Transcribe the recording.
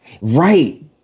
Right